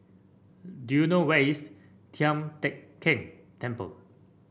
do you know where is Tian Teck Keng Temple